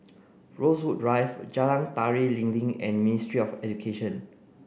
Rosewood Drive Jalan Tari Lilin and Ministry of Education